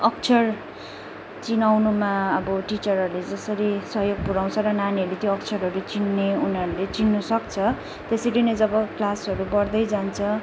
अक्षर चिनाउनुमा अब टिचरहरूले जसरी सहयोग पुऱ्याउँछ र नानीहरूले त्यो अक्षरहरू चिन्ने उनीहरूले चिन्नुसक्छ त्यसरी नै जब क्लासहरू बढ्दै जान्छ